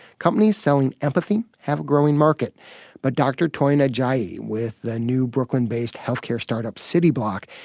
companies selling empathy have a growing market but dr. toyin ajayi, with the new brooklyn-based health care startup cityblock